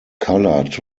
colored